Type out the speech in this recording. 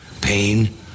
Pain